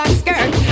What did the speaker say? skirt